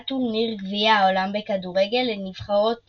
כאס אלעאלם לכרת אלקדם 2022 היה טורניר גביע העולם בכדורגל לנבחרות